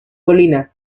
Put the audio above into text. colina